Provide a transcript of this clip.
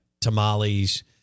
tamales